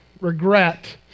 regret